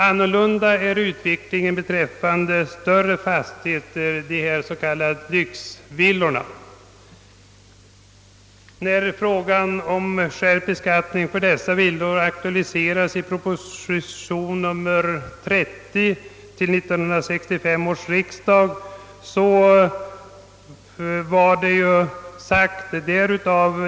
Annorlunda förhåller det sig beträffande större fastigheter, de s.k. lyxvillorna. Frågan om skärpt beskattning av dessa aktualiserades i proposition nr 30 till 1965 års riksdag.